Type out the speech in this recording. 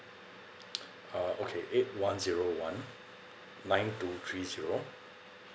uh okay eight one zero one nine two three zero